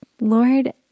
Lord